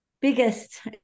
biggest